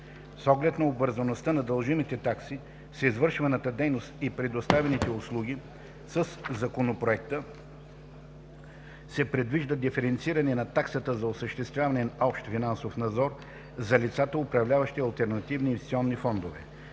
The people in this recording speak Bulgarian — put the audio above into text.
С оглед на обвързване на дължимите такси с извършваната дейност и предоставяните услуги със Законопроекта се предвижда диференциране на таксата за осъществяване на общ финансов надзор за лицата, управляващи алтернативни инвестиционни фондове.